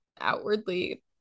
outwardly